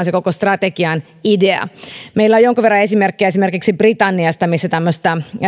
se koko strategian idea meillä on jonkun verran esimerkkejä esimerkiksi britanniasta missä tämmöistä